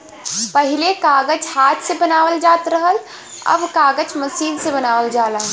पहिले कागज हाथ से बनावल जात रहल, अब कागज मसीन से बनावल जाला